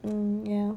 mm ya